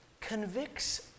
convicts